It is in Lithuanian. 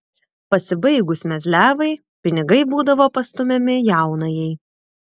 pasibaigus mezliavai pinigai būdavo pastumiami jaunajai